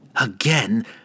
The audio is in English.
Again